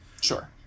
Sure